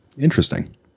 Interesting